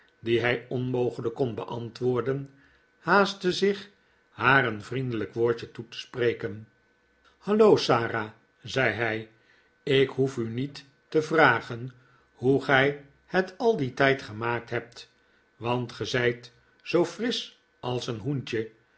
die hij onmogelijk kon beantwoorden haastte zich haar een vriendelijk woordje toe te spreken hallo sara zei hij ik hoef u niet te vragen hoe gij het al dien tijd gemaakt hebt want ge zijt zoo frisch als een hoentje